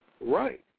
Right